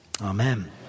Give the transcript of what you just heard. amen